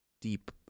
deep